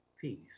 Peace